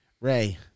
Ray